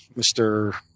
mr.